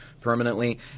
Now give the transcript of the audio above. permanently